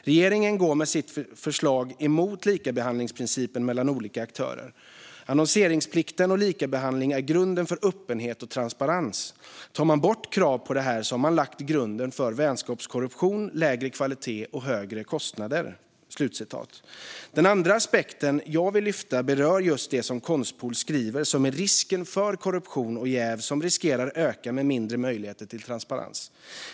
Regeringen går med sitt förslag emot likabehandlingsprincipen mellan olika aktörer. Annonseringsplikten och likabehandling är grunden för öppenhet och transparens. Tar man bort krav på detta har man lagt grunden för vänskapskorruption, lägre kvalitet och högre kostnader. Den andra aspekt jag vill lyfta fram berör just det som Konstpool skriver - att risken för korruption och jäv riskerar att öka med mindre möjligheter till transparens.